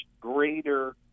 greater